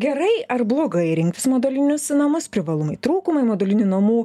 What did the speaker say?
gerai ar blogai rinktis modolinius namus privalumai trūkumai modulinių namų